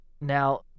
Now